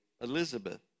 Elizabeth